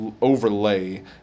overlay